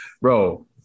bro